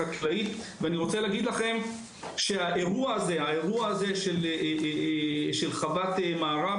ואני רוצה להגיד לכם שהאירוע הזה, של חוות ---,